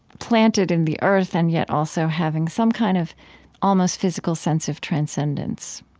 planted in the earth and yet also having some kind of almost physical sense of transcendence.